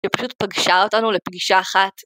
היא פשוט פגשה אותנו לפגישה אחת.